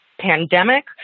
pandemic